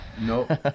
no